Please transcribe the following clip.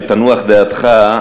שתנוח דעתך,